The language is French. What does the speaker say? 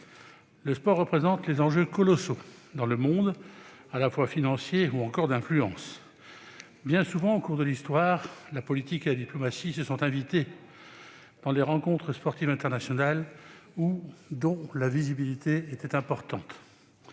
Le sport représente des enjeux colossaux dans le monde, à la fois financiers ou encore d'influence. Bien souvent au cours de l'histoire, la politique et la diplomatie se sont invitées dans les rencontres sportives internationales dont la visibilité était importante.